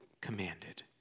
commanded